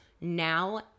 now